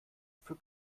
für